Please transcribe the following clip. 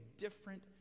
different